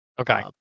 okay